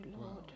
lord